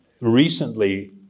recently